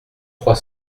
trois